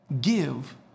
Give